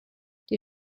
die